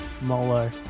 Molo